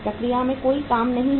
प्रक्रिया में कोई काम नहीं है